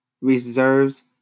reserves